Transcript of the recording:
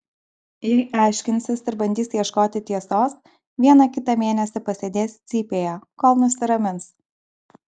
jei aiškinsis ir bandys ieškoti tiesos vieną kitą mėnesį pasėdės cypėje kol nusiramins